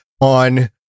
on